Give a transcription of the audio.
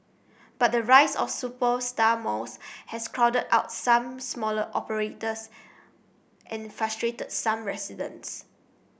but the rise of superstar malls has crowded out some smaller operators and frustrated some residents